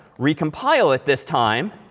recompile it this time,